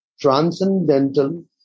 transcendental